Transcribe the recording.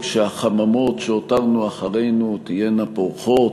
שהחממות שהותרנו אחרינו תהיינה פורחות.